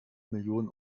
millionen